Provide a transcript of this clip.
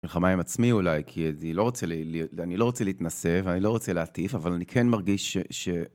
מלחמה עם עצמי אולי כי אני לא רוצה להתנסה ואני לא רוצה להטיף אבל אני כן מרגיש ש...